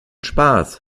spaß